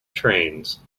trains